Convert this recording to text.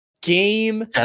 Game